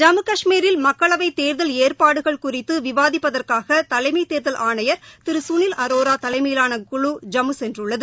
ஜம்மு கஷ்மீரில் ஏற்பாடுகள் குறித்து விவாதிப்பதற்காக தலைமை தேர்தல் ஆணையர் திரு சுனில் அரோரா தலைமையிலான குழு ஜம்மு சென்றுள்ளது